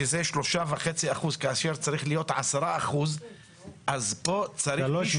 שזה 3.5% כאשר צריך להיות 10% אז פה צריך מישהו.